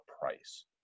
price